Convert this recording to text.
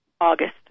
August